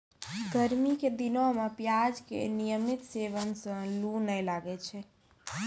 गर्मी के दिनों मॅ प्याज के नियमित सेवन सॅ लू नाय लागै छै